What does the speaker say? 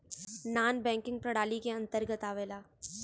नानॅ banking प्रणाली के अंतर्गत आवेला